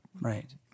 Right